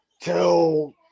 till